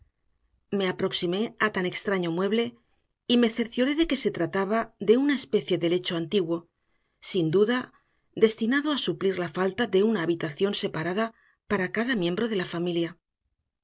me aproximé a tan extraño mueble y me cercioré de que se trataba de una especie de lecho antiguo sin duda destinado a suplir la falta de una habitación separada para cada miembro de la familia